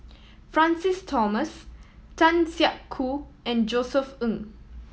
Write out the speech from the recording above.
Francis Thomas Tan Siak Kew and Josef Ng